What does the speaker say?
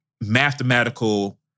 mathematical